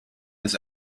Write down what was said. his